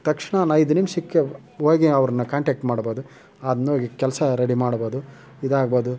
ತಕ್ಷ್ಣವೇ ಐದು ನಿಮಿಷಕ್ಕೆ ಹೋಗಿ ಅವ್ರ್ನ ಕಾಂಟ್ಯಾಕ್ಟ್ ಮಾಡಬೋದು ಅದನ್ನೂ ಕೆಲಸ ರೆಡಿ ಮಾಡಬೋದು ಇದಾಗೋದು